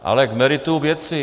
Ale k meritu věci.